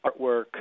artwork